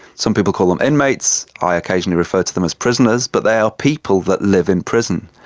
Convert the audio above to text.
some people call them inmates, i occasionally refer to them as prisoners, but they are people that live in prison.